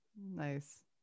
Nice